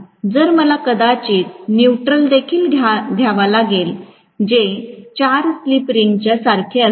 तर मला कदाचित न्यूट्रल देखील घ्यावा लागेल जे 4 स्लिप रिंग्सच्या सारखे असेल